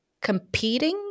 competing